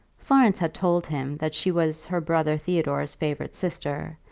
florence had told him that she was her brother theodore's favourite sister,